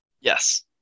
yes